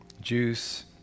juice